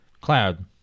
Cloud